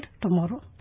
tomorrow